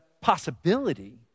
possibility